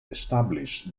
establish